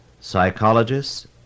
psychologists